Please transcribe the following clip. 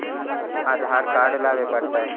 आधार card लाबे पड़तै?